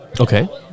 Okay